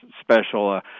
special